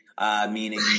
meaning